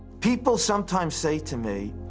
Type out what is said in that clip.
people sometimes say to me,